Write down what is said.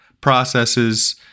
processes